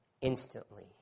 instantly